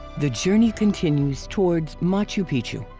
the journey continues towards machu pichu.